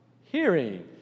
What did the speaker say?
hearing